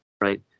right